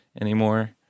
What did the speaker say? anymore